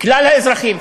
כלל האזרחים.